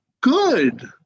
good